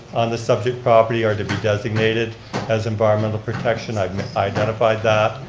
this subject property are to be designated as environmental protection, i've identified that,